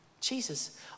Jesus